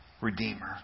Redeemer